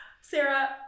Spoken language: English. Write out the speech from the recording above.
Sarah